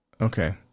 Okay